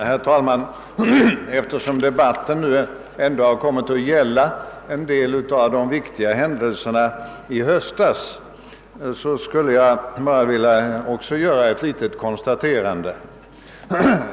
Herr talman! Eftersom debatten ändå kommit att gälla en del av de viktiga händelserna i höstas skulle också jag vilja göra några konstateranden.